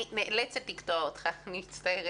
אני נאלצת לקטוע אותך, אני מצטערת.